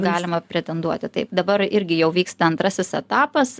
galima pretenduoti taip dabar irgi jau vyksta antrasis etapas